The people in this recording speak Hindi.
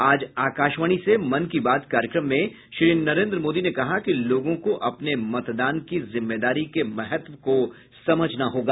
आज आकाशवाणी से मन की बात कार्यक्रम में श्री नरेन्द्र मोदी ने कहा कि लोगों को अपने मतदान की जिम्मेदारी के महत्व को समझना होगा